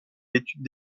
l’étude